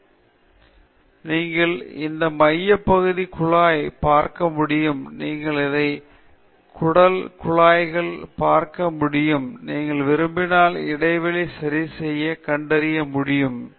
பின்னர் நீங்கள் இந்த மைய குழாய் பார்க்க முடியும் நீங்கள் அனைத்து குடல் குழாய்கள் பார்க்க முடியும் நீங்கள் விரும்பினால் இடைவெளி சரி என்பதைக் கண்டறிய இந்த அளவைப் பயன்படுத்தலாம்